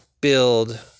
build